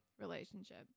relationship